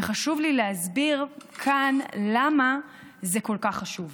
וחשוב לי להסביר כאן למה זה כל כך חשוב.